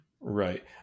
right